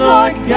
Lord